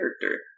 character